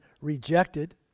rejected